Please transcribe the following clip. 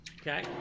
Okay